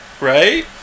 right